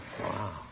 Wow